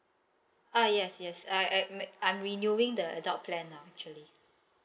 uh yes yes I I'm I'm renewing the adult plan now actually